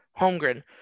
Holmgren